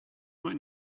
might